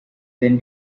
then